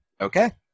Okay